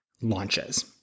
launches